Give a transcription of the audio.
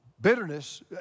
bitterness